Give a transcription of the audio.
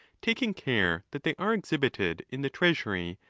taking care that they are exhibited in the treasury,